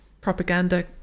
propaganda